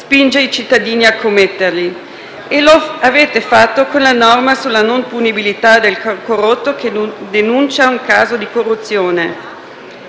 spinge i cittadini a commetterli. E lo avete fatto con la norma sulla non punibilità del corrotto che denuncia un caso di corruzione.